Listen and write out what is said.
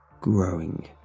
growing